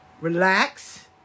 relax